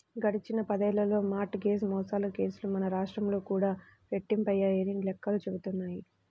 గడిచిన పదేళ్ళలో mortgage మోసాల కేసులు మన రాష్ట్రంలో కూడా రెట్టింపయ్యాయని లెక్కలు చెబుతున్నాయి